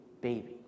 baby